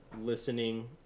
listening